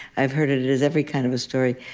i've heard it it as every kind of a story,